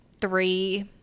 three